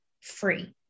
free